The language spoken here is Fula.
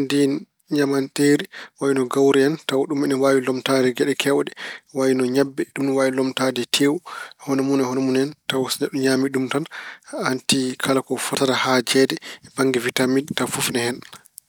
ndiin ñaamanteeri ko wayno kawri en. Taw ɗum ina waawi lomtaade geɗe keewɗe wayno ñebbe, ɗum ina waawi lomtaade tewu, hono mun e hono mun en. Taw so neɗɗo ñaami ɗum tan, hanti wala ko fotata yaajeede bannge witaamin taw fof ena en.